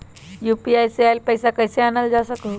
UPI से आईल पैसा कईसे जानल जा सकहु?